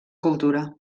cultura